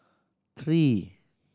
three